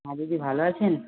হ্যাঁ দিদি ভালো আছেন